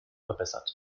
verbessert